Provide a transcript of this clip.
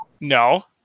No